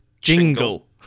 jingle